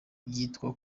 byitwa